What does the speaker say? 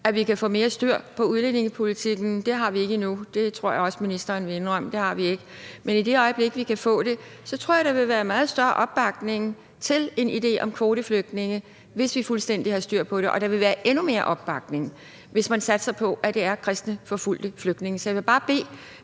at vi kan få mere styr på udlændingepolitikken. Det har vi ikke endnu. Det tror jeg også at ministeren vil indrømme. Men i det øjeblik, vi kan få det, og når der er fuldstændig styr på det, så tror jeg, at der vil være meget større opbakning til en idé om kvoteflygtninge. Og der vil være endnu mere opbakning til det, hvis man satser på, at det er kristne forfulgte flygtninge. Ministeren brugte et